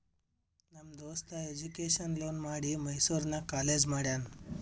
ನಮ್ ದೋಸ್ತ education loan ಮಾಡಿ ಮೈಸೂರು ನಾಗ್ ಕಾಲೇಜ್ ಮಾಡ್ಯಾನ್